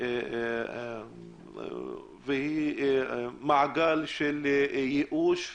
זה מעגל של ייאוש, של